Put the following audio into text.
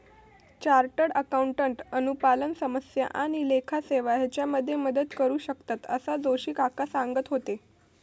chartered accountant अनुपालन समस्या आणि लेखा सेवा हेच्यामध्ये मदत करू शकतंत, असा जोशी काका सांगत होते